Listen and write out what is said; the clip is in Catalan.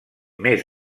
més